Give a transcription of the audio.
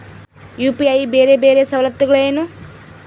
UPI ಬೇರೆ ಬೇರೆ ಸವಲತ್ತುಗಳೇನು?